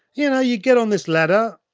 you know, you get on this ladder,